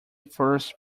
first